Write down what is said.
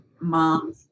mom